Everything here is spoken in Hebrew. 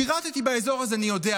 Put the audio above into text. שירתי באזור, אז אני יודע.